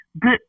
good